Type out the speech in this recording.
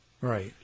Right